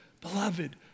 beloved